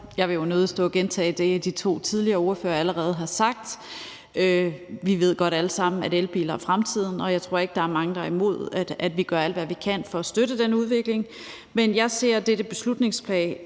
Jeg vil jo nødig stå og gentage det, de to tidligere ordførere allerede har sagt. Vi ved godt alle sammen, at elbiler er fremtiden, og jeg tror ikke, at der er mange, som er imod, at vi gør alt, hvad vi kan for at støtte den udvikling. Men jeg ser nok mest dette beslutningsforslag